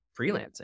freelancing